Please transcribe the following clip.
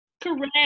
Correct